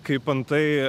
kaip antai